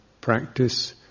practice